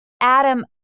Adam